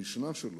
המשנה שלו,